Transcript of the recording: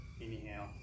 Anyhow